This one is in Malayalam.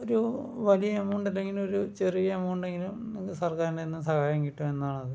ഒരു വലിയ എമൗണ്ട് അല്ലെങ്കിലും ഒരു ചെറിയ എമൗണ്ട് എങ്കിലും സർക്കാരിൽ നിന്നും സഹായം കിട്ടും എന്നാണ് അത്